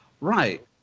Right